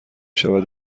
شود